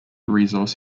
resource